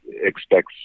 expects